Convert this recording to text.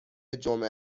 جمعه